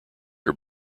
are